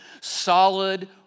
solid